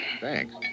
Thanks